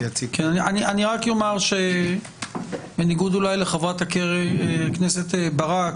בניגוד אולי לחבר הכנסת ברק,